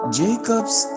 jacob's